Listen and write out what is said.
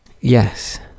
Yes